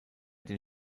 den